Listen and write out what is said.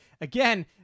again